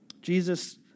Jesus